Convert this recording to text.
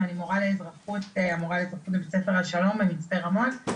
ואני מורה לאזרחות בבית ספר השלום במצפה רמון.